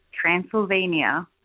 Transylvania